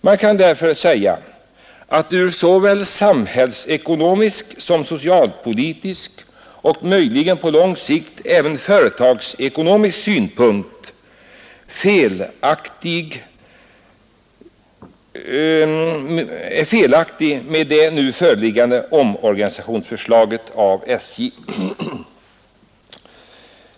Man kan därför säga att nu föreliggande förslag till omorganisation av SJ är felaktigt ur såväl socialpolitiska som på lång sikt även företagsekonomiska synpunkter.